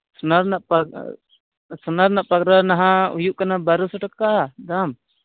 ᱥᱳᱱᱟ ᱨᱮᱱᱟᱜ ᱯᱟᱜᱽᱨᱟ ᱥᱳᱱᱟ ᱨᱮᱱᱟᱜ ᱯᱟᱜᱽᱨᱟ ᱱᱟᱜ ᱦᱩᱭᱩᱜ ᱠᱟᱱᱟ ᱵᱟᱨᱚ ᱥᱚ ᱴᱟᱠᱟ ᱫᱟᱢ